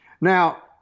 Now